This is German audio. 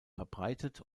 verbreitet